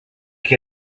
que